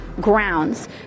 grounds